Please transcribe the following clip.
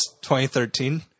2013